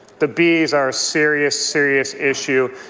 the bees are a serious, serious issue.